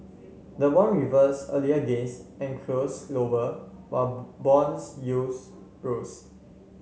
the won reversed earlier gains and closed lower while bones yields rose